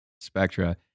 Spectra